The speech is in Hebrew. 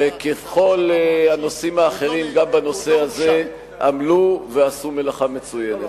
שכמו בכל הנושאים האחרים גם בנושא הזה עמלו ועשו מלאכה מצוינת.